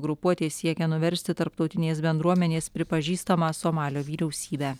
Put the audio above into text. grupuotė siekia nuversti tarptautinės bendruomenės pripažįstamą somalio vyriausybę